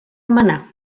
manar